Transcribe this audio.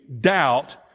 doubt